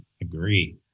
Agree